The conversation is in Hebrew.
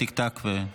תודה.